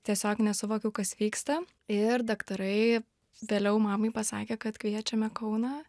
tiesiog nesuvokiau kas vyksta ir daktarai vėliau mamai pasakė kad kviečiame kauną